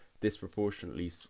disproportionately